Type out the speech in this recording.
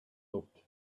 looked